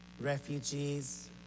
refugees